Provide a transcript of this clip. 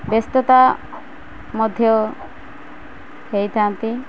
ବ୍ୟସ୍ତତା ମଧ୍ୟ ହେଇଥାନ୍ତି